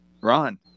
ron